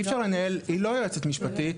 היא לא יועצת משפטית,